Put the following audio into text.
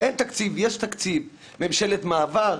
אין תקציב, יש תקציב, ממשלת מעבר?